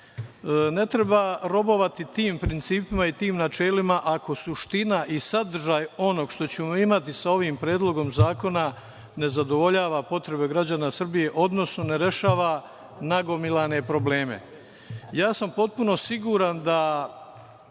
Ne treba robovati tim principima i tim načelima ako suština i sadržaj onog što ćemo imati sa ovim predlogom zakona nezadovoljava potrebe građana Srbije, odnosno ne rešava nagomilane probleme. Potpuno sam siguran da